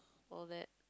all that